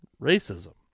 racism